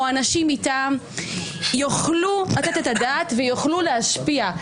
אנשים מטעם יוכלו לתת את הדעת ויוכלו להשפיע.